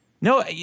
No